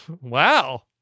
Wow